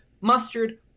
mustard